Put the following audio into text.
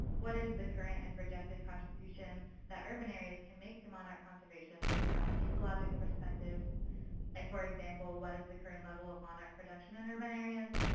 what is the current and projected contribution that urban areas can make to monarch conservation? both from an ecological perspective and for example, what is the current level of monarch production in urban areas?